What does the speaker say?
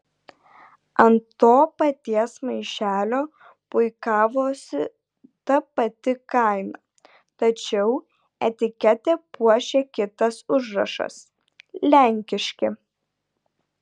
ant to paties maišelio puikavosi ta pati kaina tačiau etiketę puošė kitas užrašas lenkiški